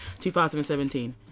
2017